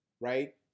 right